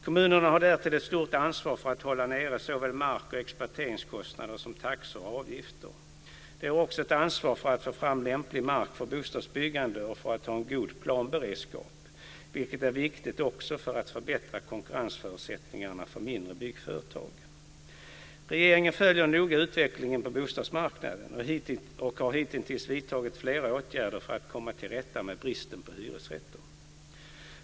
Kommunerna har därtill ett stort ansvar för att hålla nere såväl mark och exploateringskostnader som taxor och avgifter. De har också ett ansvar för att få fram lämplig mark för bostadsbyggande och för att ha en god planberedskap, vilket är viktigt också för att förbättra konkurrensförutsättningarna för mindre byggföretag. Regeringen följer noga utvecklingen på bostadsmarknaden och har hittills vidtagit flera åtgärder för att komma till rätta med bristen på hyresrätter.